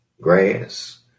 grass